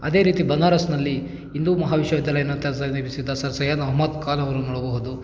ಅದೇ ರೀತಿ ಬನಾರಸ್ನಲ್ಲಿ ಹಿಂದೂ ಮಹಾವಿದ್ಯಾನಿಲಯ ನಂತರ ನಿರ್ಮಿಸಿದ ಸರ್ ಸೈಯದ್ ಅಹಮದ್ ಖಾನ್ ಅವರನ್ನು ನೋಡಬಹುದು